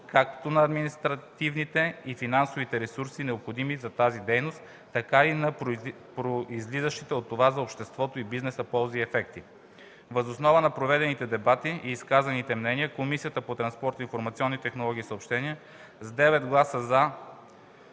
както на административните и финансови ресурси, необходими за тази дейност, така и за произлизащите от това за обществото и бизнеса ползи и ефекти. Въз основа на проведените дебати и изказаните мнения, Комисията по транспорт, информационни технологии и съобщения, с 9 гласа „за”,